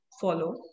follow